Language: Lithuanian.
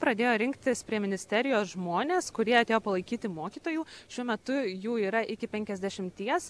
pradėjo rinktis prie ministerijos žmonės kurie atėjo palaikyti mokytojų šiuo metu jų yra iki penkiasdešimties